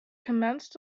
commenced